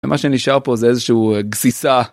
מה שנשאר פה זה איזשהו גסיסה.